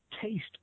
taste